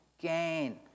gain